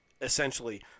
essentially